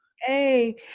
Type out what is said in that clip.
hey